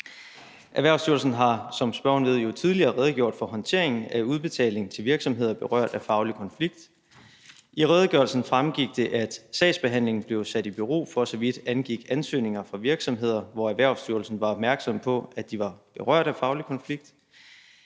Erhvervsstyrelsen har, som spørgeren ved, jo tidligere redegjort for håndteringen af udbetaling til virksomheder berørt af faglig konflikt. I redegørelsen fremgik det, at sagsbehandlingen blev sat i bero, for så vidt angik ansøgninger fra virksomheder, hvor Erhvervsstyrelsen var opmærksom på, at de var berørt af faglig konflikt,